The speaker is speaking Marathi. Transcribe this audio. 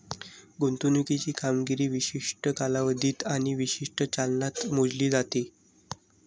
गुंतवणुकीची कामगिरी विशिष्ट कालावधीत आणि विशिष्ट चलनात मोजली जाते